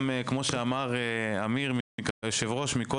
יושב-ראש הכנסת אמיר אוחנה אמר קודם: